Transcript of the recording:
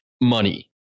money